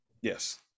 yes